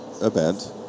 event